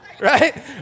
right